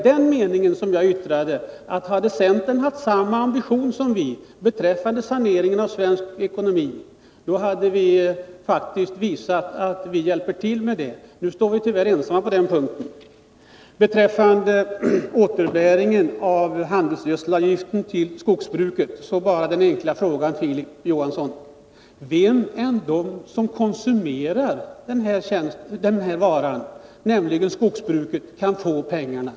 Om centern hade haft samma ambition som vi beträffande saneringen av svensk ekonomi, skulle vi faktiskt ha visat att vi ville hjälpa till. Nu står vi tyvärr ensamma på den punkten. Beträffande återbäringen av handelsgödselavgiften till skogsbruket vill jag ställa en enkel fråga till Filip Johansson: Vilka andra än de som konsumerar den här varan, nämligen skogsbrukarna, skall få pengarna?